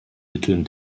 mitteln